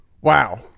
Wow